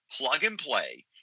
plug-and-play